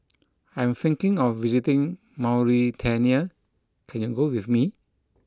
I am thinking of visiting Mauritania can you go with me